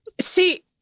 see